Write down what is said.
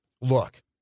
look